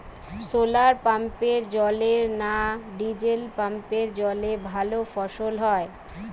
শোলার পাম্পের জলে না ডিজেল পাম্পের জলে ভালো ফসল হয়?